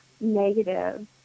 negative